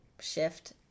shift